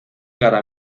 gara